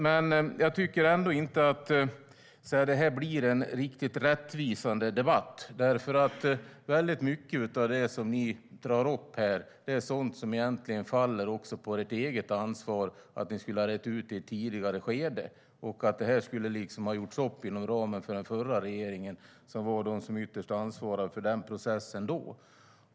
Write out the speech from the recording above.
Men jag tycker inte att det här blir en riktigt rättvisande debatt, för väldigt mycket av det som ni drar upp är sådant som egentligen faller på ert eget ansvar. Ni skulle ha rett ut det i ett tidigare skede. Det här skulle ha gjorts upp inom ramen för den förra regeringen, som var den som ytterst ansvarade för den processen då.